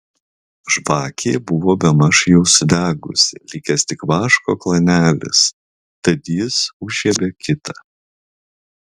žvakė buvo bemaž jau sudegusi likęs tik vaško klanelis tad jis užžiebė kitą